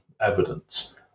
evidence